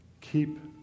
keep